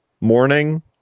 morning